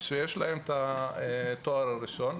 שיש להן את התואר הראשון,